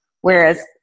Whereas